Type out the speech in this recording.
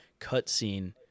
cutscene